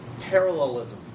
parallelism